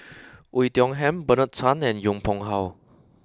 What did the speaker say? Oei Tiong Ham Bernard Tan and Yong Pung How